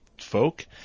folk